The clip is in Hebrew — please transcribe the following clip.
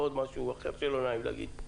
ועוד משהו אחר שלא נעים להגיד.